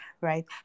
right